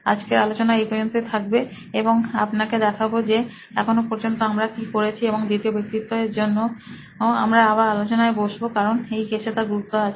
আজকের আলোচনা এই পর্যন্ত থাকবে এবং আপনাকে দেখাবো যে এখনো পর্যন্ত আমরা কি করেছিএবং দ্বিতীয় ব্যক্তিত্ব এর জন্য আমরা আবার আলোচনায় বসবো কারণ এই কেসে তার গুরুত্ব আছে